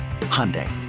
Hyundai